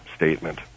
Statement